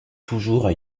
toujours